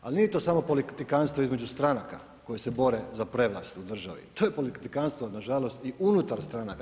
Ali nije to samo politikantstvo između stranaka koje se bore za prevlast u državi, to je politikantstvo nažalost i unutar stranaka.